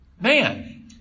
man